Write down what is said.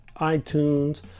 iTunes